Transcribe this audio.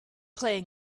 playing